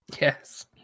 Yes